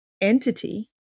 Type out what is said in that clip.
entity